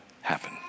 happen